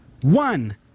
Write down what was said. one